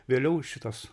vėliau šitas